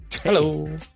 hello